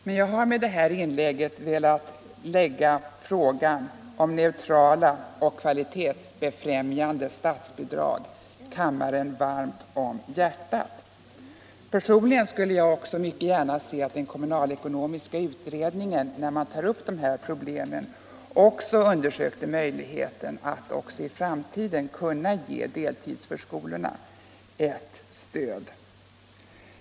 Men jag har med detta velat lägga frågan om neutrala och kvalitetsbefrämjande statsbidrag kammaren varmt om hjärtat. Personligen skulle jag också mycket gärna se att den kommunalekonomiska utredningen, när den tar upp de här problemen, undersökte möjligheten att även i framtiden ge deltidsförskolorna och där främst barnen med särskilda behov ett stöd.